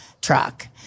truck